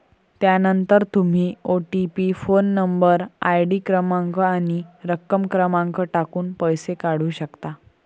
त्यानंतर तुम्ही OTP phone number, ID क्रमांक आणि रक्कम क्रमांक टाकून पैसे काढू शकता